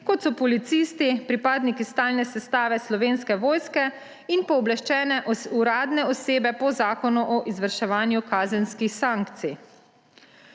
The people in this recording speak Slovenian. kot so policisti, pripadniki stalne sestave Slovenske vojske in pooblaščene uradne osebe po Zakonu o izvrševanju kazenskih sankcij.